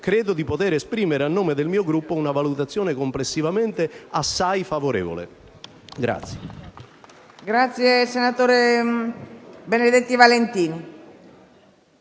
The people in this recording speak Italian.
credo di poter esprimere a nome del mio Gruppo una valutazione complessivamente assai favorevole.